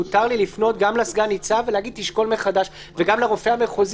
מותר לי לפנות גם לסגן-ניצב ולהגיד "תשקול מחדש" וגם לרופא המחוזי.